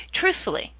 truthfully